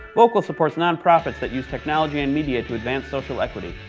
voqal supports non-profits that use technology and media to advance social equity.